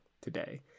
today